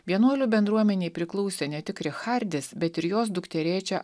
vienuolių bendruomenei priklausė ne tik richardis bet ir jos dukterėčia